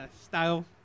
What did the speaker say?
style